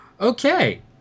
Okay